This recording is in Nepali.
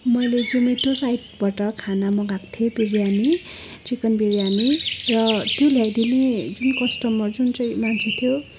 मैले जोमेटो साइटबाट खाना मगाएको थिएँ बिरयानी चिकन बिरयानी र त्यो ल्याइदिने जुन कस्टमर जुन चाहिँ मान्छे थियो